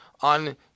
on